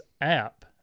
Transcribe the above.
app